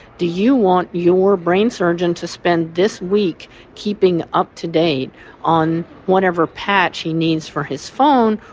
do you want your brain surgeon to spend this week keeping up to date on whatever patch he needs for his phone,